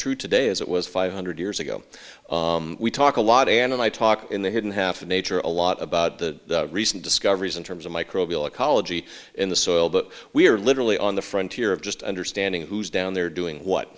true today as it was five hundred years ago we talk a lot and i talk in the hidden half of nature a lot about the recent discoveries in terms of microbial ecology in the soil that we are literally on the frontier of just understanding who's down there doing what